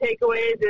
takeaways